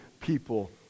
people